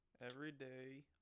Everyday